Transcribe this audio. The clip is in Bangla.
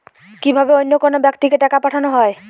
কি ভাবে অন্য কোনো ব্যাক্তিকে টাকা পাঠানো হয়?